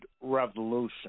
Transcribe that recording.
revolution